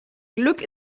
glück